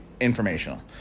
informational